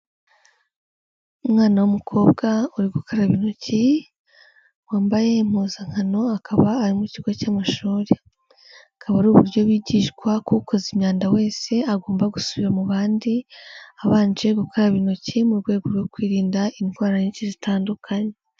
Umwana w'umukobwa uri gukaraba intoki, wambaye impuzankano, akaba arimo mu kigo cy'amashuri, akaba ari uburyo bigishwa ko ukoze imyanda wese agomba gusubira mu bandi, abanje gukaraba intoki mu rwego rwo kwirinda indwara nyinshi zitandukanye.